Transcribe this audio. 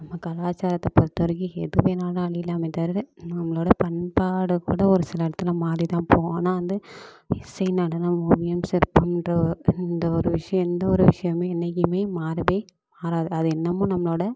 நம்ம கலாச்சாரத்தை பொறுத்த வரைக்கும் எது வேணாலும் அழியிலாமே தவிர நம்மளோட பண்பாடை கூட ஒரு சில இடத்துல மாறி தான் போவும் ஆனால் வந்து இசை நடனம் ஓவியம் சிற்பம்ன்ற இந்த ஒரு விஷயம் எந்த ஒரு விஷயமே என்னைக்குமே மாறவே மாறாது அதை இன்னமும் நம்மளோட